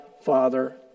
Father